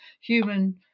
human